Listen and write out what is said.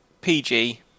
PG